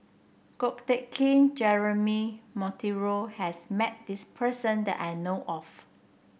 Ko Teck Kin Jeremy Monteiro has met this person that I know of